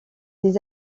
des